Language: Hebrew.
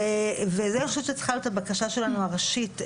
ואני חושבת שזו צריכה להיות הבקשה שלנו הראשית,